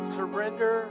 Surrender